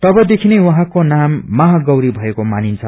तबदेखि नै उहाँको नाम महा गौरी भएको मानिन्छ